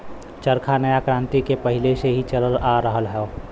चरखा नया क्रांति के पहिले से ही चलल आ रहल हौ